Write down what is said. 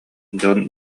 дьон